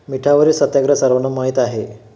मिठावरील सत्याग्रह सर्वांना माहीत आहे